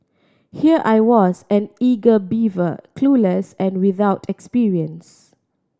here I was an eager beaver clueless and without experience